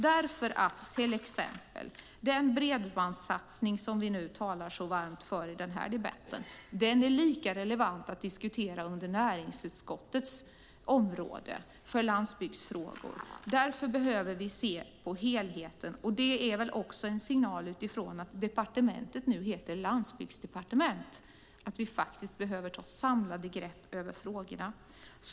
Den bredbandssatsning som vi nu talar så varmt för i den här debatten är lika relevant att diskutera på näringsutskottets område för landsbygdsfrågor. Vi behöver se på helheten. Att departementet nu heter Landsbygdsdepartementet är väl också en signal om att vi behöver ta ett samlat grepp över frågorna.